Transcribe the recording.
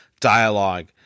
dialogue